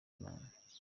imana